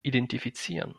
identifizieren